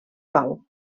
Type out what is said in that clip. pau